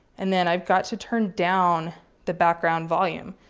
and then i've got to turn down the background volume.